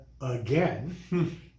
again